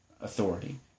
authority